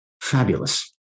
Fabulous